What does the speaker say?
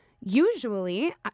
Usually